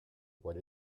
what